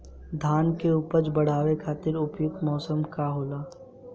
धान के उपज बढ़ावे खातिर उपयुक्त मौसम का होला?